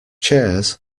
chairs